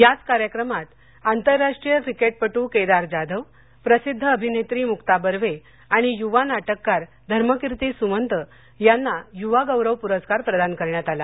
याच कार्यक्रमात आंतरराष्ट्रीय क्रिकेटपटू केदार जाधव प्रसिद्ध अभिनेत्री मुक्ता बर्वे आणि युवा नाटककार धर्मकिर्ती सुमंत यांना युवा गौरव पुरस्कार प्रदान करण्यात आला